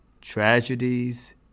tragedies